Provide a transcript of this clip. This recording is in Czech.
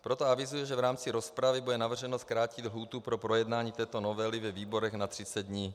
Proto avizuji, že v rámci rozpravy bude navrženo zkrátit lhůtu pro projednání této novely ve výborech na 30 dní.